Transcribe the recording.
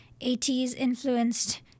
80s-influenced